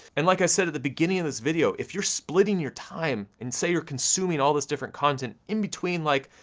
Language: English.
and like i said at the beginning of this video, if you're splitting your time, and say you're consuming all this different content, in between like,